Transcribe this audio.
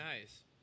nice